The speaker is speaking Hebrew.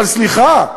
אבל סליחה,